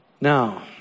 Now